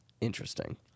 Interesting